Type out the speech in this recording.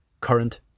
current